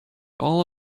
all